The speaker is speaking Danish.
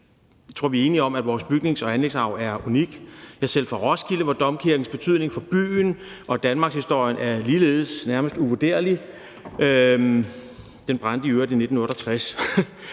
Jeg tror, vi er enige om, at vores bygnings- og anlægsarv er unik. Jeg er selv fra Roskilde, hvor domkirkens betydning for byen og danmarkshistorien nærmest er uvurderlig. Den brændte i øvrigt i 1968